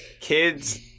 Kids